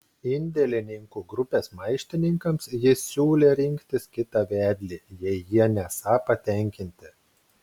indėlininkų grupės maištininkams jis siūlė rinktis kitą vedlį jei jie nesą patenkinti